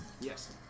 Yes